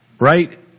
right